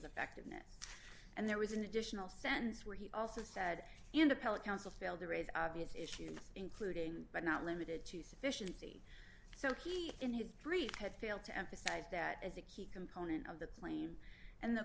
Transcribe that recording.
effectiveness and there was an additional sense where he also said and appellate counsel failed to raise obvious issues including but not limited to sufficiency so he in his brief had failed to emphasize that as a key component of the claim and the